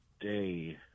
day